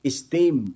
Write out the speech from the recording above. Esteem